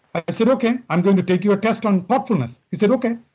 i said, okay, i'm going to take your test on thoughtfulness. he said, okay.